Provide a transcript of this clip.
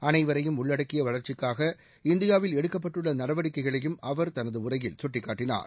அனைவரையும் உள்ளடக்கிய வளர்ச்சிக்காக இந்தியாவில் எடுக்கப்பட்டுள்ள நடவடிக்கைகளையும் அவர் தனது உரையில் சுட்டிக்காட்டினார்